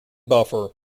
buffer